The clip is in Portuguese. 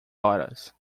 horas